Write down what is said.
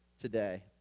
today